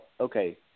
okay